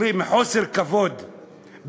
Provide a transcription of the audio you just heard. מחוסר כבוד,